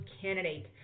candidate